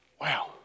Wow